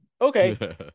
Okay